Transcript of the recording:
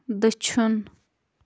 دٔچھُن